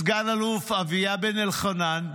סגן אלוף אביה בן אלחנן,